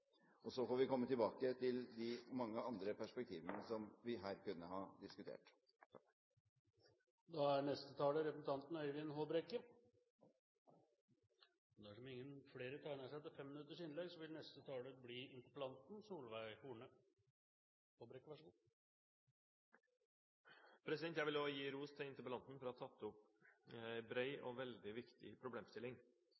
oppvekstvilkår. Så får vi komme tilbake til de mange andre perspektivene som vi her kunne ha diskutert. Jeg vil også gi ros til interpellanten for å ha tatt opp